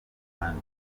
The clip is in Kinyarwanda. ahandi